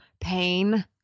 pain